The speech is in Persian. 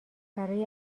برای